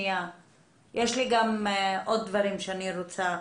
גם עוד דברים שאני רוצה.